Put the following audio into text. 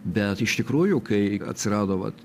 bet iš tikrųjų kai atsirado vat